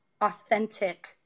authentic